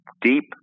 deep